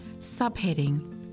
Subheading